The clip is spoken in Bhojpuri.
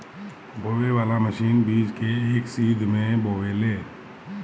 बोवे वाली मशीन बीज के एक सीध में बोवेले